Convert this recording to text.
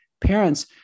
parents